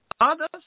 others